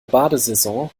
badesaison